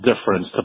difference